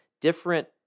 different